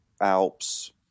Alps